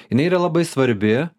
jinai yra labai svarbi